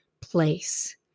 place